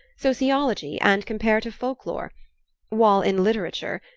sociology and comparative folk-lore while, in literature,